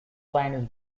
chinese